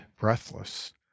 breathless